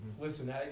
Listen